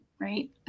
Right